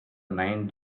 nine